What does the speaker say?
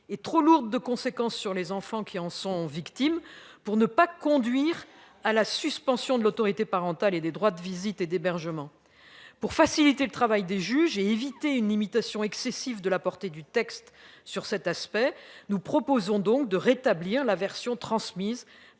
et trop lourdes de conséquences pour les enfants qui en sont victimes pour ne pas conduire à la suspension de l'autorité parentale ainsi que des droits de visite et d'hébergement. Afin de faciliter le travail des juges et d'éviter une limitation excessive de la portée du texte sur ce point, nous proposons de rétablir la rédaction adoptée